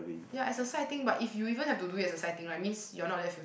ya as a side thing but if you even have to do it as a side thing right means you're not that full